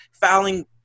fouling